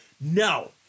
No